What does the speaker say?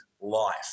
life